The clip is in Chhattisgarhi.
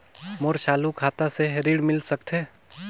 मोर चालू खाता से ऋण मिल सकथे?